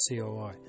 COI